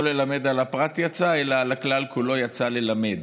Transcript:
לא ללמד על הפרט יצאה אלא על הכלל כולו יצאה ללמד.